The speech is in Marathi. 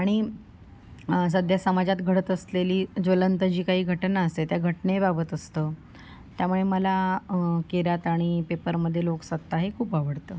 आणि सध्या समाजात घडत असलेली ज्वलंत जी काही घटना असे त्या घटनेबाबत असतं त्यामुळे मला किरात आणि पेपरमध्ये लोकसत्ता हे खूप आवडतं